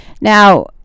Now